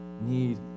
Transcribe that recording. need